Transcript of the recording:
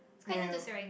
oh ya